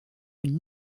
une